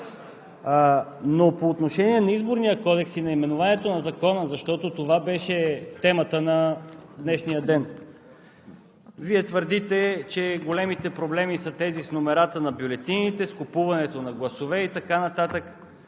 По отношение на Изборния кодекс и наименованието на Закона, защото това беше темата на днешния ден – Вие твърдите, че големите проблеми са тези с номерата на бюлетините, с купуването на гласове и така нататък.